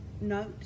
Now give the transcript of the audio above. note